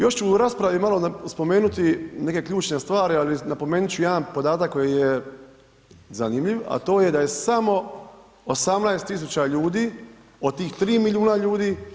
Još ću u raspravi malo spomenuti neke ključne stvari, ali napomenuti ću jedan podatak koji je zanimljiv, a to je da je samo 18. tisuća ljudi od tih 3 milijuna ljudi